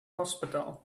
hospital